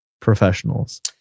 Professionals